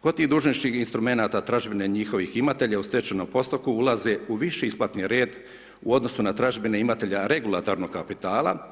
Kod tih dužničkih instrumenata tražbine njihovih imatelja u ... postupku ulaze u više isplatni red u odnosu na tražbine imatelja regulatornog kapitala